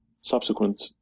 subsequent